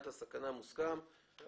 מוסכם.